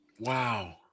wow